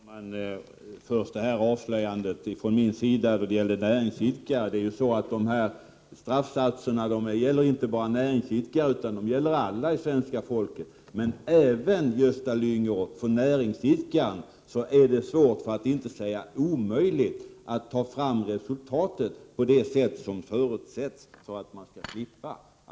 Herr talman! Först några ord om ”det avslöjande” från min sida om näringsidkare. Det är ju så att straffavgifterna inte bara gäller näringsidkare utan hela svenska folket. Men även för näringsidkaren är det svårt, för att inte säga omöjligt, att ta fram resultat på det sätt som förutsätts för att man skall slippa straffavgift.